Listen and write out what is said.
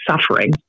suffering